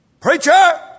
Preacher